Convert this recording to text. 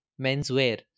menswear